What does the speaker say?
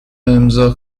امضاء